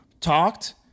talked